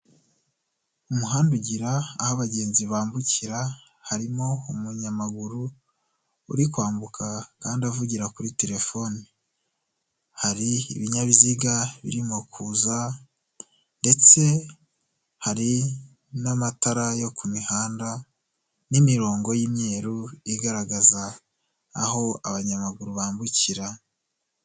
Umuhanda ugira aho abagenzi bambukira harimo umunyamaguru uri kwambuka kandi avugira kuri telefoni, hari ibinyabiziga birimo kuza ndetse hari n'amatara yo ku mihanda n'imirongo y'imyeru igaragaza aho abanyamaguru bambukira.